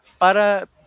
para